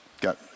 Got